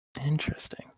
Interesting